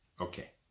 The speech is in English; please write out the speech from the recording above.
Okay